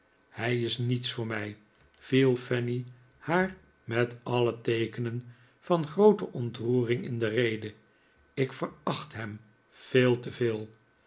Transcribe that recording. hij is niets voor mij viel fanny haar met alle teekenen van groote ontroering in de rede ik veracht hem veel te veel